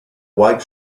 white